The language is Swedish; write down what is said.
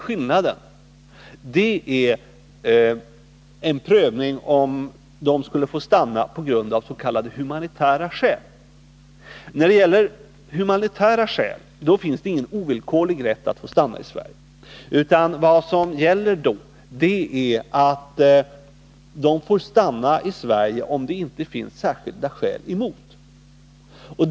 Skillnaden ligger i en prövning om de skall få stanna av s.k. humanitära skäl. Det finns ingen ovillkorlig rätt att få stanna i Sverige av humanitära skäl. Vad som då gäller är att de får stanna i Sverige om det inte finns särskilda skäl emot.